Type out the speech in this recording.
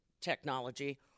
technology